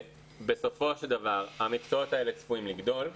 בסופו של דבר, המקצועות האלה צפויים לגדול,